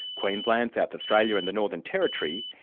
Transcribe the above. queensland, south australia and the northern territory,